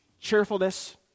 cheerfulness